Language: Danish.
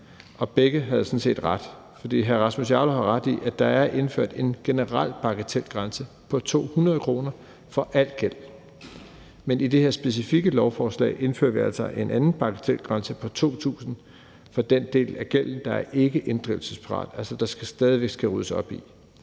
deltagere havde sådan set ret, for hr. Rasmus Jarlov har ret i, at der er indført en generel bagatelgrænse på 200 kr. for al gæld; men i det her specifikke lovforslag indfører vi altså en anden bagatelgrænse på 2.000 kr. for den del af gælden, der er ikkeinddrivelsesparat, og som der altså stadig skal ryddes op i.